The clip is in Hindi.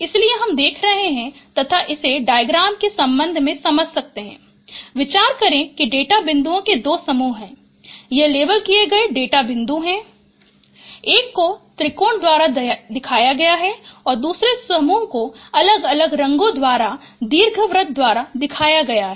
इसलिए हम देख रहें हैं तथा इसे डायग्राम के संबंध में समझ सकते हैं विचार करें कि डेटा बिंदुओं के दो समूह हैं ये लेबल किए गए डेटा बिंदु हैं एक को त्रिकोण द्वारा दिखाया गया है दूसरे समूहों को अलग अलग रंगों द्वारा दीर्घवृत्त द्वारा दिखाया गया है